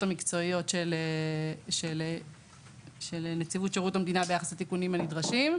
המקצועיות של נציבות שירות המדינה ביחס לתיקונים הנדרשים.